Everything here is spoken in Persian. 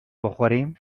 بخوریم